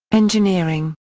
engineering,